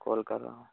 کال کر رہا ہوں